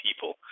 people